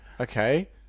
okay